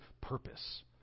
purpose